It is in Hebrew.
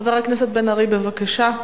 חבר הכנסת בן-ארי, בבקשה.